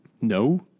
No